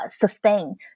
sustain